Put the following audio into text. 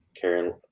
Karen